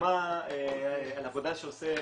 דוגמה לעבודה שעושה